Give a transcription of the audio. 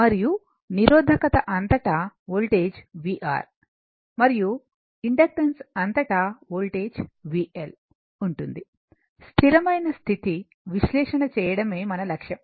మరియు నిరోధకత అంతటా వోల్టేజ్ vR మరియు ఇండక్టెన్స్ అంతటా వోల్టేజ్ VL ఉంటుంది స్థిరమైన స్థితి విశ్లేషణ చేయడమే మన లక్ష్యం